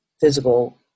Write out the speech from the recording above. physical